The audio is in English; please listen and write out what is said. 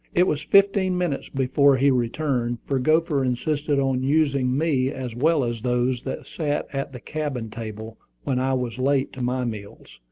it was fifteen minutes before he returned, for gopher insisted on using me as well as those that sat at the cabin-table when i was late to my meals,